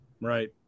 Right